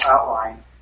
outline